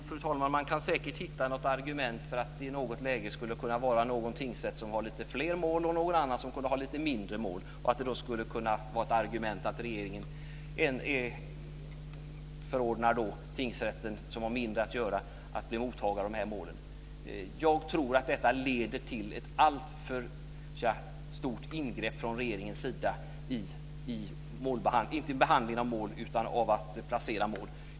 Fru talman! Man kan säkert hitta något argument för att regeringen i något läge där en tingsrätt har några fler mål än någon annan skulle kunna förordna den senare tingsrätten att ta hand om vissa mål. Jag tror att detta är ett alltför stort ingrepp från regeringens sida i placeringen av mål.